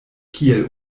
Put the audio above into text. kiel